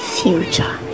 future